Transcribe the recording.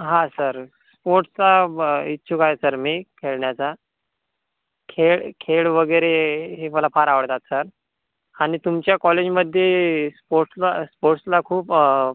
हां सर स्पोर्ट्सचा इच्छुक आहे सर मी खेळण्याचा खेळ खेळ वगैरे हे मला फार आवडतात सर आणि तुमच्या कॉलेजमध्ये स्पोर्ट्सला स्पोर्ट्सला खूप